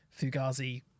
fugazi